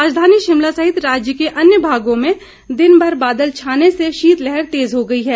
राजधानी शिमला सहित राज्य के अन्य भागों में दिनभर बादल छाने से शीतलहर तेज हो गई है